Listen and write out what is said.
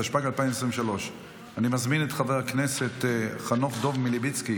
התשפ"ג 2023. אני מזמין את חבר הכנסת חנוך דב מלביצקי,